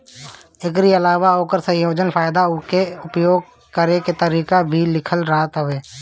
एकरी अलावा ओकर संयोजन, फायदा उके उपयोग करे के तरीका भी लिखल रहत हवे